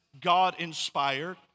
God-inspired